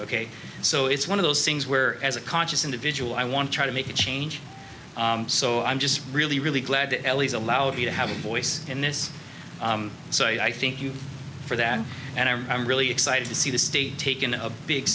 ok so it's one of those things where as a conscious individual i want to try to make a change so i'm just really really glad the ellie's allowed me to have a voice in this so i think you for that and i'm really excited to see the state taken a big